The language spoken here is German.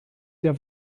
der